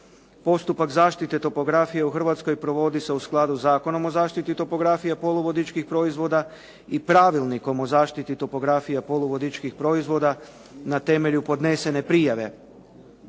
Postupak zaštite topografije u Hrvatskoj provodi se u skladu sa Zakonom o zaštitu topografije poluvodičkih proizvoda i Pravilnikom o zaštiti topografije poluvodičkih proizvoda na temelju podnesene prijave.